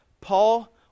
Paul